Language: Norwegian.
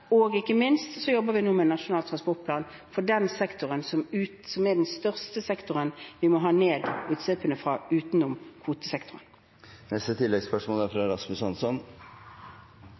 og ikke minst jobber vi nå med Nasjonal transportplan for den sektoren som er den største sektoren vi må ha ned utslippene fra, utenom